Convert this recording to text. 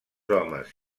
homes